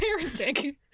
parenting